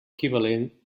equivalent